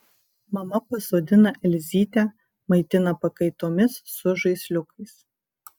mama pasodina elzytę maitina pakaitomis su žaisliukais